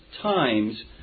times